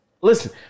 listen